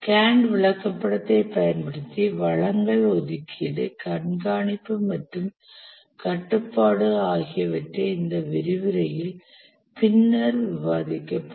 Gantt விளக்கப்படத்தைப் பயன்படுத்தி வளங்கள் ஒதுக்கீடு கண்காணிப்பு மற்றும் கட்டுப்பாடு ஆகியவை இந்த விரிவுரையில் பின்னர் விவாதிக்கப்படும்